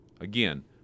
Again